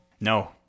No